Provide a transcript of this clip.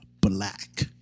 black